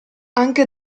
anche